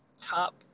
top